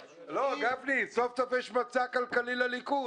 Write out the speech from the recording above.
סוף סוף יש מצע כלכלי לליכוד.